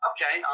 Okay